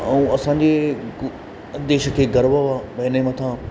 ऐं असांजे देश खे गर्व आहे हिन जे मथां